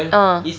ah